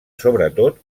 sobretot